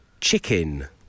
chicken